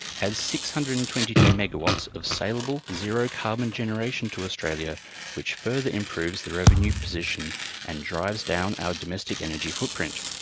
adds six hundred and twenty two megawatts of saleable zero-carbon generation to australia which further improves the revenue position and drives down our domestic energy footprint.